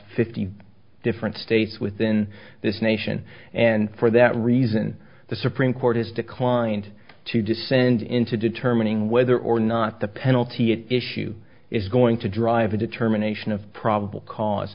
fifty different states within this nation and for that reason the supreme court has declined to descend into determining whether or not the penalty at issue is going to drive a determination of probable cause